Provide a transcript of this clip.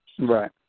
Right